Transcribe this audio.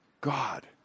God